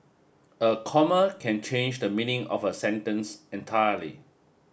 a comma can change the meaning of a sentence entirely